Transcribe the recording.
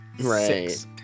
Right